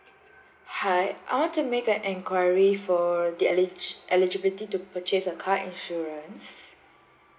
hi I want to make an enquiry for the elig~ eligibility to purchase a car insurance